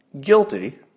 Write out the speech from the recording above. guilty